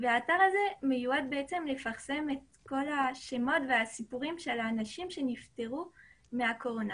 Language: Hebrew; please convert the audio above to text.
האתר הזה מיועד לפרסם את כל השמות והסיפורים של האנשים שנפטרו מהקורונה.